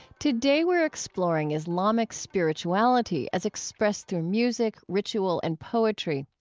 today we're exploring islamic spirituality as expressed through music, ritual and poetry.